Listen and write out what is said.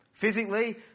Physically